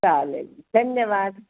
चालेल धन्यवाद